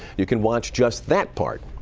you can watch just that part.